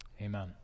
Amen